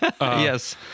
Yes